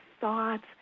thoughts